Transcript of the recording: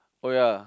oh ya